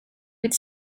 with